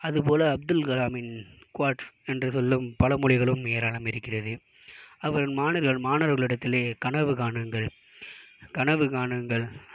அது போல் அப்துல் கலாமின் க்வாட்ஸ் என்று சொல்லும் பழமொழிகளும் ஏராளம் இருக்கிறது அவர் மாணவர்கள் இடத்திலே கனவு காணுங்கள் கனவு காணுங்கள்